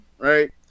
Right